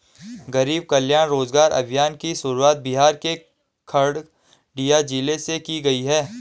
गरीब कल्याण रोजगार अभियान की शुरुआत बिहार के खगड़िया जिले से की गयी है